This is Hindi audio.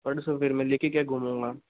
परसों फिर मैं लेके क्या घूमूँगा